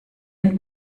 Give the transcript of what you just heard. den